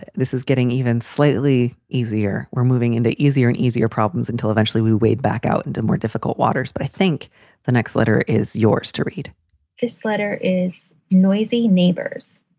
this is getting even slightly easier. we're moving into easier and easier problems until eventually we wade back out into more difficult waters. but i think the next letter is yours to read this letter is noisy neighbors.